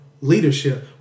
Leadership